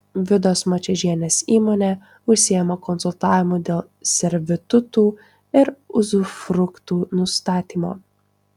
vidos mačiežienės įmonė užsiima konsultavimu dėl servitutų ir uzufruktų nustatymo